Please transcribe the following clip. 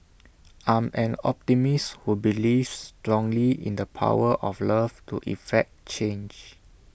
I'm an optimist who believes strongly in the power of love to effect change